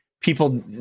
People